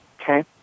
Okay